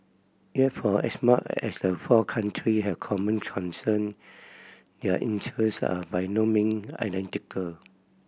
yet for as much as the four country have common concern their interest are by no mean identical